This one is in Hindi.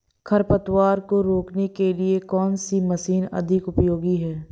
खरपतवार को रोकने के लिए कौन सी मशीन अधिक उपयोगी है?